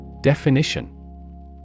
Definition